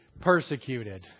persecuted